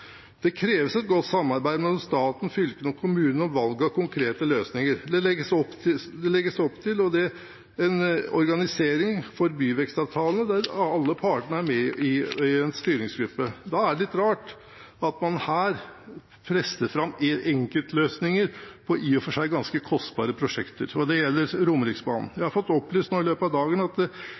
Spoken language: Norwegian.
Det kreves et godt samarbeid mellom staten, fylkene og kommunene om valg av konkrete løsninger. Det legges opp til en organisering av byvekstavtaler der alle partene er med i en styringsgruppe. Da er det litt rart at man her presser fram enkeltløsninger for i og for seg ganske kostbare prosjekter. Det gjelder Romeriksbanen. Jeg har fått opplyst i løpet av dagen at